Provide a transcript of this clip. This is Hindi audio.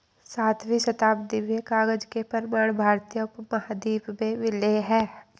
सातवीं शताब्दी में कागज के प्रमाण भारतीय उपमहाद्वीप में मिले हैं